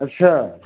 अच्छा